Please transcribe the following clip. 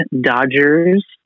Dodgers